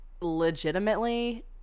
legitimately